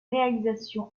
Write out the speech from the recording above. réalisation